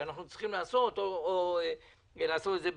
שבה אנחנו צריכים לעשות את זה בקפסולות,